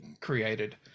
created